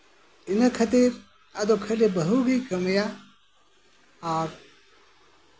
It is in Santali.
ᱤᱱᱟᱹ ᱠᱷᱟᱹᱛᱤᱨ ᱟᱫᱚ ᱵᱟᱹᱦᱩᱜᱮ ᱠᱟᱹᱢᱤᱭᱟ ᱟᱨ